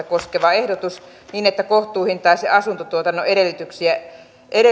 koskeva ehdotus niin että kohtuuhintaisen asuntotuotannon edellytyksiä